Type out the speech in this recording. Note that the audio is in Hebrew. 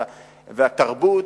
והתרבות,